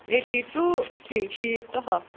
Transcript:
eighty ٹُہ ٹھیٖک شیٖتھ ٹُہ ہتھ